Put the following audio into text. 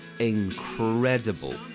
incredible